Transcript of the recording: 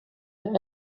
their